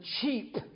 cheap